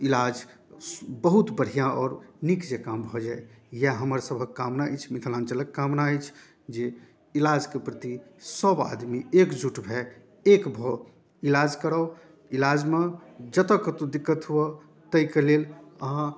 इलाज बहुत बढ़िआँ आओर नीक जेकाँ भऽ जाइ इएह हमर सभक कामना अछि मिथिलाञ्चलक कामना अछि जे इलाजके प्रति सब आदमी एकजुट भऽ एक भऽ इलाज कराउ इलाजमे जतऽ कतौ दिक्कत हुअ तैके लेल अहाँ